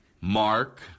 Mark